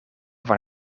van